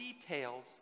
details